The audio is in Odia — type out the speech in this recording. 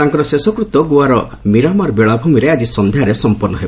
ତାଙ୍କର ଶେଷକୃତ୍ୟ ଗୋଆର ମୀରାମାର୍ ବେଳାଭୂମିରେ ଆକି ସନ୍ଧ୍ୟାରେ ସମ୍ପନ୍ନ ହେବ